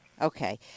Okay